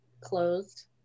closed